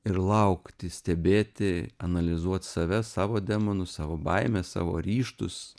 ir laukti stebėti analizuot save savo demonus savo baimes savo ryžtus